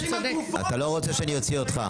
אתה לא רוצה שאני אוציא אותך.